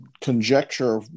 Conjecture